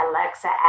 Alexa